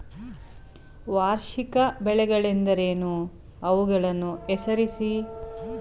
ವಾರ್ಷಿಕ ಬೆಳೆಗಳೆಂದರೇನು? ಅವುಗಳನ್ನು ಹೆಸರಿಸಿ?